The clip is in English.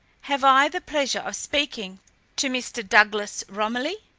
have i the pleasure of speaking to mr. douglas romilly?